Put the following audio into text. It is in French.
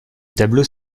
tableau